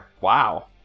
Wow